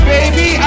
Baby